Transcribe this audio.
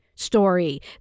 story